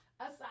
Aside